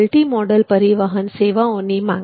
multimodal પરિવહન સેવાઓની માંગ